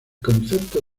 concepto